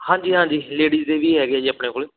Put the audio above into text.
ਹਾਂਜੀ ਹਾਂਜੀ ਲੇਡੀਜ਼ ਦੇ ਵੀ ਹੈਗੇ ਜੀ ਆਪਣੇ ਕੋਲ